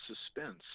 suspense